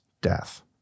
death